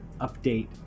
update